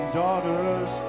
daughters